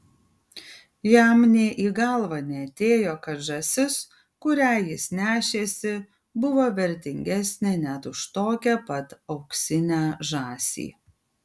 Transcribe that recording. jam nė į galvą neatėjo kad žąsis kurią jis nešėsi buvo vertingesnė net už tokią pat auksinę žąsį